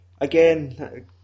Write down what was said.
Again